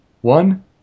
One